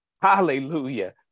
Hallelujah